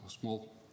small